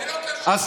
זה לא קשור, אבל.